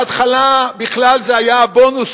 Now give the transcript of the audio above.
בהתחלה בכלל זה היה הבונוס,